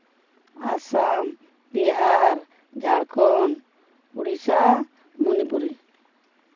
Assam Bihar Jharkhand Odisha Manipur